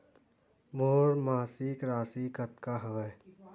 मोर मासिक राशि कतका हवय?